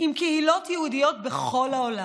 עם קהילות יהודיות בכל העולם,